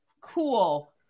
Cool